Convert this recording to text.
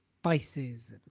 spices